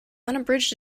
unabridged